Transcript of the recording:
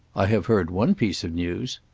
i have heard one piece of news.